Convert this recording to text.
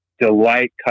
delight